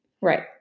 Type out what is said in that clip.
Right